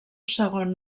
segon